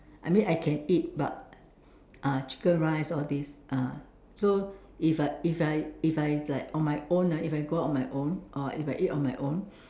I mean I can eat but uh chicken rice all these ah so if I if I if I like on my own if I go out on my own or if I eat on my own